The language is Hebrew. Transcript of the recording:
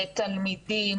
תלמידים,